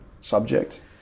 subject